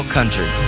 Country